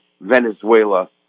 Venezuela